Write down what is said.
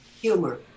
humor